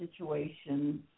situations